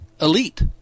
elite